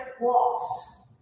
walks